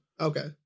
okay